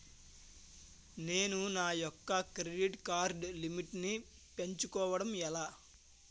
నేను నా యెక్క క్రెడిట్ కార్డ్ లిమిట్ నీ పెంచుకోవడం ఎలా?